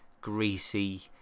greasy